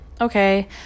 Okay